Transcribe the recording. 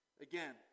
Again